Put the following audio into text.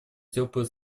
теплые